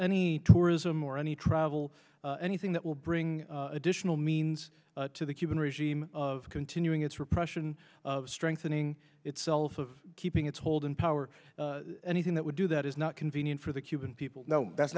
any tourism or any travel anything that will bring additional means to the cuban regime of continuing its repression of strengthening itself of keeping its hold in power anything that would do that is not convenient for the cuban people that's